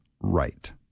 right